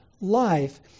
life